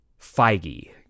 Feige